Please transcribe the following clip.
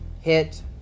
hit